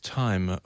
time